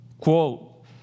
quote